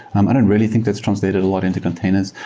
um i don't really think that's translated a lot into containers.